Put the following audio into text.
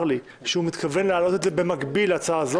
לי שהוא מתכוון להעלות את זה במקביל להצעה הזאת.